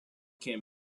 can